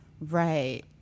Right